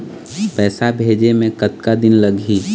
पैसा भेजे मे कतका दिन लगही?